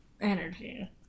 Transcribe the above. energy